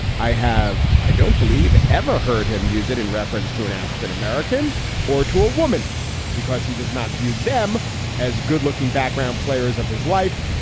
i have. i don't believe i ever heard him use it in reference to an african-american or to a woman because he does not view them as good looking background players of his life.